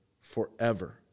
forever